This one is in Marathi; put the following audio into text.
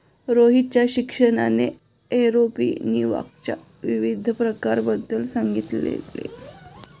रोहितच्या शिक्षकाने एरोपोनिक्सच्या विविध प्रकारांबद्दल सांगितले